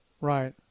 right